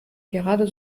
gerade